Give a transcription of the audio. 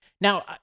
Now